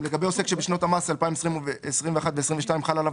עוסק שבשנות המס 2021 ו־2022 חל עליו